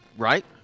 Right